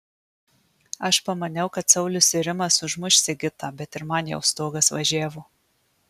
aš pamaniau kad saulius ir rimas užmuš sigitą bet ir man jau stogas važiavo